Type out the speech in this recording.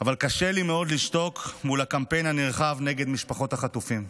אבל קשה לי מאוד לשתוק מול הקמפיין הנרחב נגד משפחות החטופים,